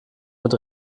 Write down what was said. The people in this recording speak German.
mit